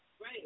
right